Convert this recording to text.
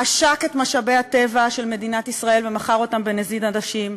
עשק את משאבי הטבע של מדינת ישראל ומכר אותם בנזיד עדשים,